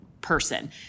person